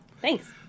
Thanks